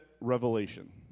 Revelation